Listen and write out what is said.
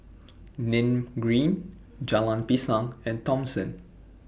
Nim Green Jalan Pisang and Thomson